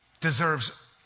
deserves